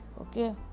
okay